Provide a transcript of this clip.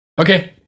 Okay